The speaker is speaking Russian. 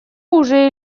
уже